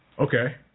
Okay